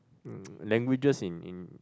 um languages in in